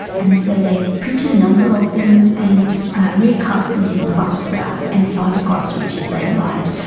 and so they printed a number of them and recast them in plaster and fibreglass, which is very light,